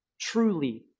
truly